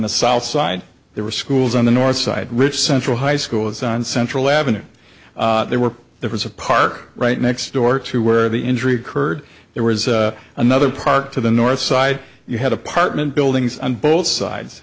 the south side there were schools on the north side which central high school is on central avenue there were there was a park right next door to where the injury occurred there was another park to the north side you had apartment buildings on both sides